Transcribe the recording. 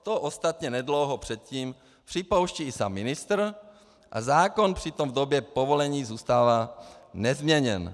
To ostatně nedlouho předtím připouští i sám ministr a zákon přitom v době povolení zůstává nezměněn.